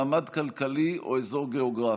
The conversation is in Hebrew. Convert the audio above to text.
מעמד כלכלי ואזור גאוגרפי.